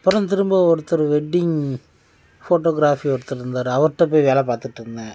அப்புறம் திரும்ப ஒருத்தர் வெட்டிங் ஃபோட்டோகிராபிக் ஒருத்தர் இருந்தார் அவருகிட்ட போய் வேலை பார்த்துட்டு இருந்தேன்